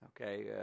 Okay